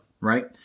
Right